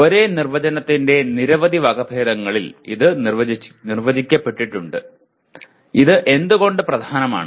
ഒരേ നിർവചനത്തിന്റെ നിരവധി വകഭേദങ്ങളിൽ ഇത് നിർവചിക്കപ്പെട്ടിട്ടുണ്ട് ഇത് എന്തുകൊണ്ട് പ്രധാനമാണ്